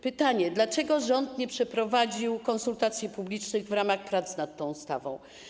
Pytanie: Dlaczego rząd nie przeprowadził konsultacji publicznych w ramach prac nad tą ustawą?